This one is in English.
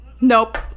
Nope